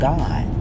God